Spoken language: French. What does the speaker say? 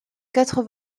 quatre